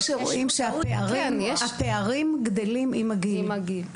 מה שרואים זה שהפערים גדלים עם הגיל,